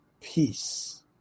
peace